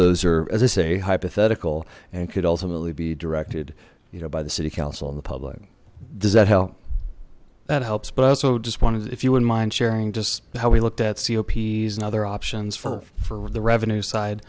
those are as i say hypothetical and could ultimately be directed you know by the city council on the public does that help that helps but i also just wanted if you wouldn't mind sharing just how we looked at ceo pease and other options for the revenue side